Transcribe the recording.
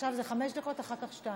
עכשיו זה חמש דקות, אחר כך שתיים.